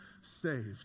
saved